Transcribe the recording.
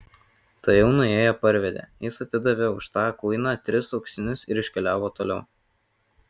tuojau nuėję parvedė jis atidavė už tą kuiną tris auksinus ir iškeliavo toliau